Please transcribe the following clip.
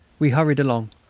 we hurried along,